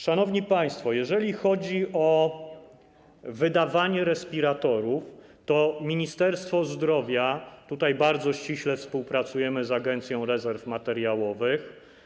Szanowni państwo, jeżeli chodzi o wydawanie respiratorów, to Ministerstwo Zdrowia tutaj bardzo ściśle współpracuje z Agencją Rezerw Materiałowych.